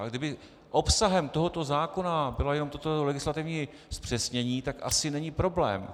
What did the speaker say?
A kdyby obsahem tohoto zákona bylo jenom toto legislativní zpřesnění, tak asi není problém.